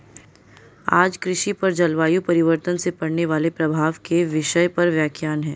आज कृषि पर जलवायु परिवर्तन से पड़ने वाले प्रभाव के विषय पर व्याख्यान है